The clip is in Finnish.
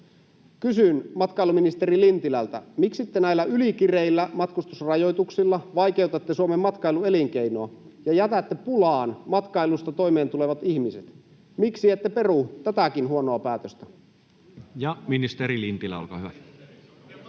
Kysyn matkailuministeri Lintilältä: Miksi te näillä ylikireillä matkustusrajoituksilla vaikeutatte Suomen matkailuelinkeinoa ja jätätte pulaan matkailusta toimeentulevat ihmiset? Miksi ette peru tätäkin huonoa päätöstä? Ja ministeri Lintilä, olkaa hyvä.